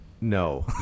No